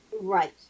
Right